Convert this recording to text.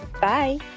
Bye